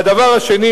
והדבר השני,